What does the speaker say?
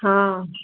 हा